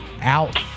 out